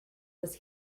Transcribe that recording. was